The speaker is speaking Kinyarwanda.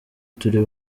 turi